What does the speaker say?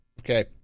okay